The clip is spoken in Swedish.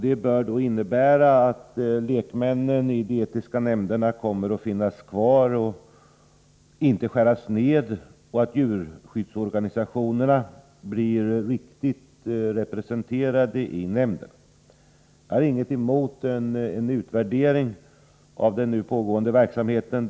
Det bör då innebära att antalet lekmän i de etiska nämnderna inte kommer att skäras ned, utan att dessa kommer att finnas kvar och att djurskyddsorganisationerna blir riktigt representerade i nämnderna. Jag har ingenting emot en utvärdering av den nu pågående verksamheten.